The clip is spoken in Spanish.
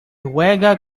juega